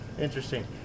Interesting